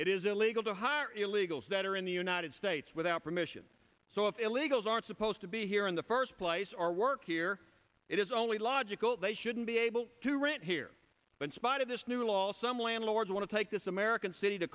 it is illegal to hire illegals that are in the united states without permission so if illegals are supposed to be here in the first place or work here it is only logical they shouldn't be able to rent here but spite of this new law some landlords want to take this american city to